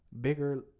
bigger